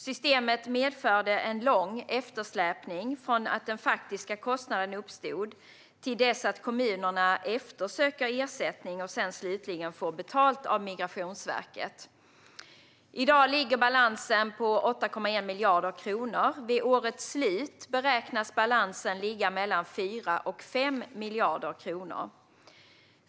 Systemet medförde en lång eftersläpning från att den faktiska kostnaden uppstod till dess att kommunerna ansöker om ersättning och sedan slutligen får betalt av Migrationsverket. I dag ligger balansen på 8,1 miljarder kronor. Vid årets slut beräknas balansen ligga mellan 4 och 5 miljarder kronor.